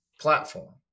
platform